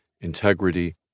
integrity